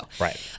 Right